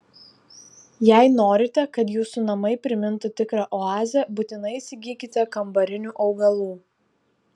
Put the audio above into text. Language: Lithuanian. jei norite kad jūsų namai primintų tikrą oazę būtinai įsigykite kambarinių augalų